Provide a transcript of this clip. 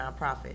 nonprofit